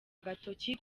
agatoki